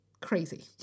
crazy